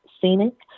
scenic